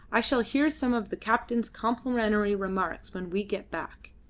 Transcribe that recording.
i shall hear some of the captain's complimentary remarks when we get back.